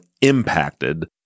impacted